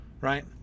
right